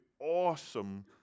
awesome